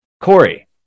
Corey